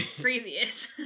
previous